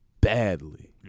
badly